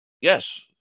yes